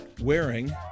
wearing